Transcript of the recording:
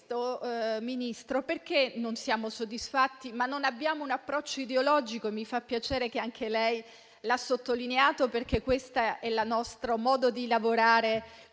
questo, Ministro, perché non siamo soddisfatti? Non abbiamo un approccio ideologico - e mi fa piacere che anche lei lo abbia sottolineato - perché questo è il nostro modo di lavorare